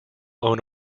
own